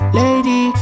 lady